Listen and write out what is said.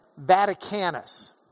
Vaticanus